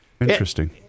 Interesting